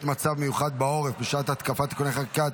מצב מיוחד בעורף או בשעת התקפה (תיקוני חקיקה),